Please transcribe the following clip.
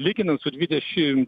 lyginant su dvidešimt